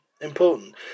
important